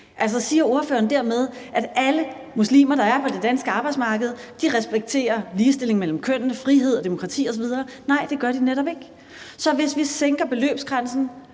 Altså, siger ordføreren dermed, at alle muslimer, der er på det danske arbejdsmarked, respekterer ligestilling mellem kønnene, frihed og demokrati osv.? Nej, det gør de netop ikke. Så hvis vi sænker beløbsgrænsen